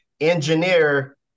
engineer